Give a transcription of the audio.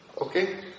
Okay